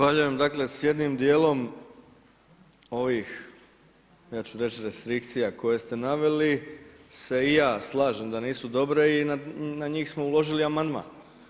Zahvaljujem dakle s jednim dijelom ovih ja ću reći restrikcija koje ste naveli se i ja slažem da nisu dobre i na njih smo uložili amandman.